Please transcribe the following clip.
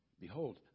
Behold